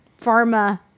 pharma